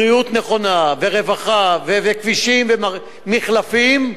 בריאות נכונה ורווחה וכבישים ומחלפים,